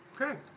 Okay